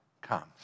comes